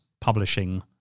publishing